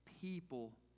people